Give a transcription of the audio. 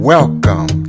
Welcome